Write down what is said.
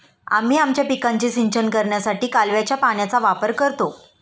आम्ही आमच्या पिकांचे सिंचन करण्यासाठी कालव्याच्या पाण्याचा वापर करतो